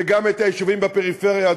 וגם את היישובים בפריפריה,